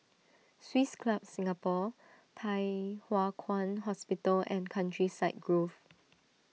Swiss Club Singapore Thye Hua Kwan Hospital and Countryside Grove